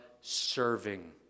serving